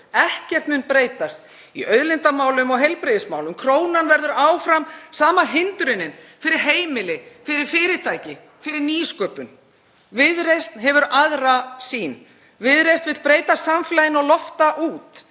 Ekkert mun breytast í auðlindamálum og heilbrigðismálum. Krónan verður áfram sama hindrunin fyrir heimili, fyrir fyrirtæki, fyrir nýsköpun. Viðreisn hefur aðra sýn. Viðreisn vill breyta samfélaginu og lofta út.